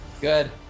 Good